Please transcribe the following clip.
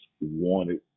wanted